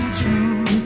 true